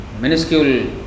minuscule